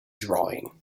drawing